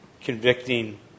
convicting